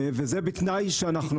זה בתנאי שאנחנו